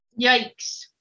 yikes